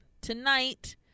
tonight